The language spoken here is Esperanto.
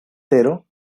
tero